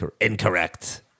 incorrect